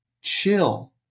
Chill